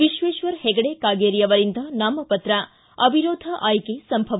ವಿಶ್ವೇಶ್ವರ ಹೆಗಡೆ ಕಾಗೇರಿ ಅವರಿಂದ ನಾಮಪತ್ರ ಅವಿರೋಧ ಆಯ್ನೆ ಸಂಭವ